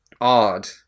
odd